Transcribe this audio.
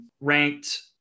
ranked